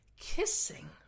Kissing